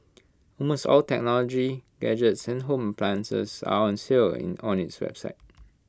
almost all technology gadgets and home appliances are on sale in on its website